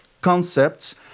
concepts